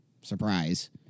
Surprise